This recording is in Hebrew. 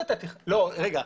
רגע,